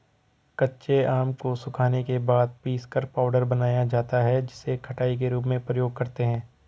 कच्चे आम को सुखाने के बाद पीसकर पाउडर बनाया जाता है जिसे खटाई के रूप में प्रयोग करते है